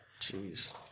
Jeez